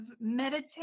meditate